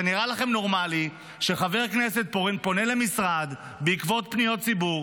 זה נראה לכם נורמלי שחבר כנסת פונה למשרד בעקבות פניות ציבור,